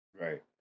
Right